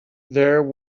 there